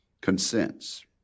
consents